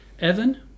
Evan